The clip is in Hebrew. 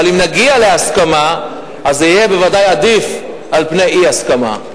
אבל אם נגיע להסכמה זה יהיה בוודאי עדיף על אי-הסכמה.